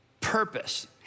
purpose